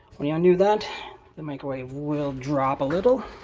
when you undo that the microwave will drop a little